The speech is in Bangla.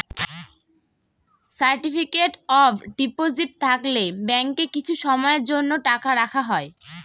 সার্টিফিকেট অফ ডিপোজিট থাকলে ব্যাঙ্কে কিছু সময়ের জন্য টাকা রাখা হয়